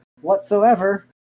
whatsoever